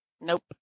Nope